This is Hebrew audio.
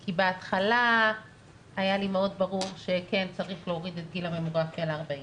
כי בהתחלה היה לי מאוד ברור שכן צריך להוריד את גיל הממוגרפיה ל-40,